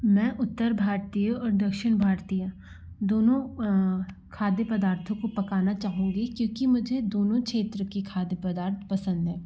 मैं उत्तर भारतीय और दक्षिण भारतीय दोनों खाद्य पदार्थों को पकाना चाहूँगी क्योंकि मुझे दोनों क्षेत्र की खाद्य पदार्थ पसंद हैं